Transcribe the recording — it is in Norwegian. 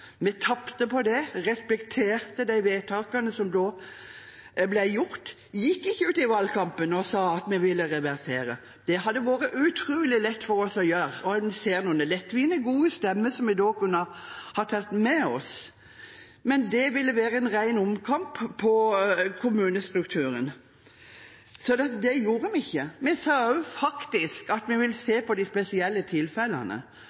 vi tapte der, men vi respekterte de vedtakene som ble gjort, og vi gikk ikke ut i valgkampen og sa at vi ville reversere. Det hadde vært utrolig lett for oss å gjøre, og en ser noen lettvinte gode stemmer som vi da kunne tatt med oss. Men det ville være en ren omkamp om kommunestrukturen. Det gjorde vi ikke. Vi sa faktisk også at vi ville se på de spesielle tilfellene,